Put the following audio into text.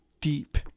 deep